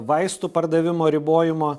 vaistų pardavimo ribojimo